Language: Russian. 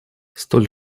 столь